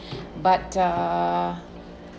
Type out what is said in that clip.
but uh